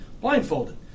blindfolded